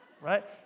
Right